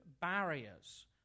barriers